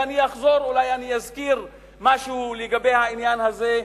ואני אחזור, אולי אני אזכיר משהו לגבי העניין הזה,